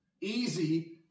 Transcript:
easy